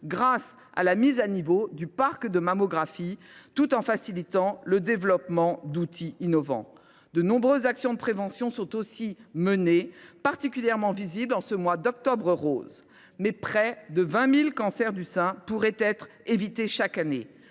grâce à la mise à niveau du parc de mammographes, tout en facilitant le développement d’outils innovants. De nombreuses actions de prévention sont aussi menées – elles sont particulièrement visibles en ce mois d’Octobre rose. Près de 20 000 cancers du sein pourraient être évités chaque année